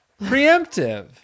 Preemptive